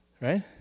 right